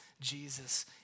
Jesus